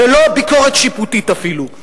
בלא ביקורת שיפוטית אפילו.